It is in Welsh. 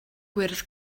gwyrdd